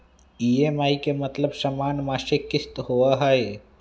EMI के मतलब समान मासिक किस्त होहई?